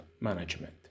management